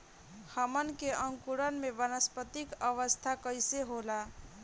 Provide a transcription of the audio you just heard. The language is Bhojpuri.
हमन के अंकुरण में वानस्पतिक अवस्था कइसे होला?